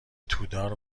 تودار